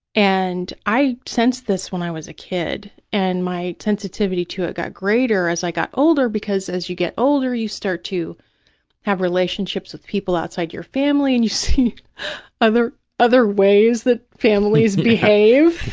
and i sensed this when i was a kid. and my sensitivity to it got greater as i got older because, as you get older, you start to have relationships with people outside your family and you see other other ways that families behave